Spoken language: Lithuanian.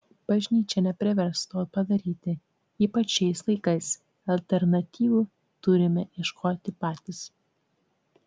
bažnyčia neprivers to padaryti ypač šiais laikais alternatyvų turime ieškoti patys